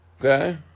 Okay